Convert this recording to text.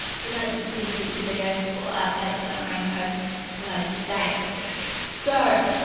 so don't miss any future videos or updates that i may posts later to date so,